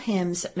Hymns